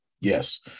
Yes